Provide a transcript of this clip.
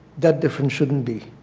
that difference shouldn't be.